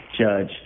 Judge